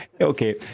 Okay